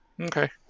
Okay